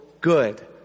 good